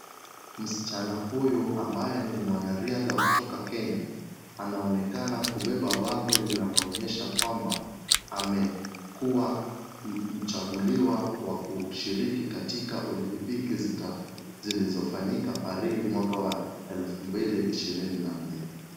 Msichana huyu ambaye ni mwanariadha kutoka Kenya, anaonekana kubeba bango linaloonyesha kwamba, amekuwa mchaguliwa wa kushiriki katika olimpiki zilizofanyika Paris, mwaka wa elfu mbili ishirini na nne.